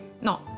No